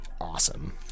awesome